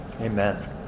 amen